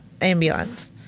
ambulance